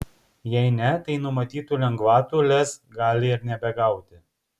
jei ne tai numatytų lengvatų lez gali ir nebegauti